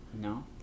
no